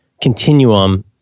continuum